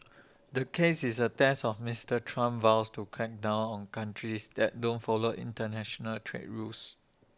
the case is A test of Mister Trump's vow to crack down on countries that don't follow International trade rules